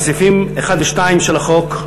לסעיפים 1 ו-2 של החוק,